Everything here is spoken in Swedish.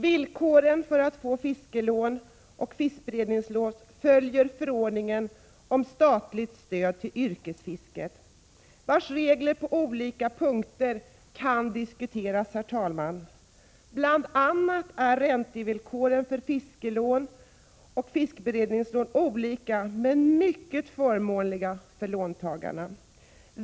Villkoren för att få fiskerilån och fiskberedningslån följer förordningen om statligt stöd till yrkesfisket m.m., vars regler på olika punkter kan diskuteras. Bl. a. är räntevillkoren för fiskerilån och fiskberedningslån olika men mycket förmånliga för låntagarna.